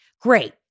Great